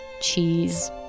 cheese